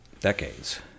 decades